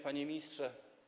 Panie Ministrze!